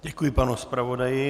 Děkuji panu zpravodaji.